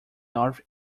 north